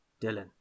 Dylan